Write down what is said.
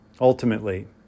ultimately